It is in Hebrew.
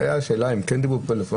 והייתה שאלה אם דיברו בפלאפון,